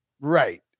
Right